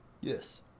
yes